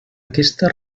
aquesta